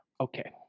Okay